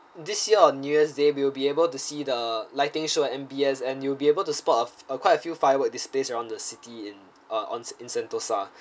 this year on new year's day we'll be able to see the lighting show at M_B_S and you'll be able to spot of uh quite a few firework displays around the city in uh on in sentosa